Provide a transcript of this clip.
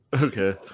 Okay